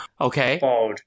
Okay